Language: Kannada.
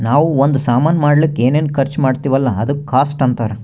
ನಾವೂ ಒಂದ್ ಸಾಮಾನ್ ಮಾಡ್ಲಕ್ ಏನೇನ್ ಖರ್ಚಾ ಮಾಡ್ತಿವಿ ಅಲ್ಲ ಅದುಕ್ಕ ಕಾಸ್ಟ್ ಅಂತಾರ್